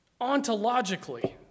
ontologically